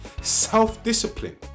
self-discipline